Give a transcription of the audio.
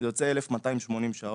זה יוצא 1,280 שעות.